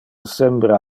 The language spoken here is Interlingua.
sempre